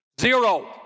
Zero